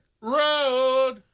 road